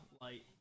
light